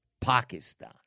Pakistan